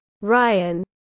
Ryan